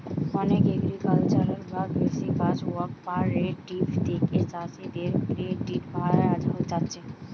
অনেক এগ্রিকালচারাল বা কৃষি কাজ কঅপারেটিভ থিকে চাষীদের ক্রেডিট পায়া যাচ্ছে